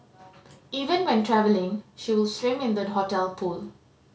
even when travelling she would swim in the hotel pool